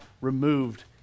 removed